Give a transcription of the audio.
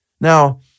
Now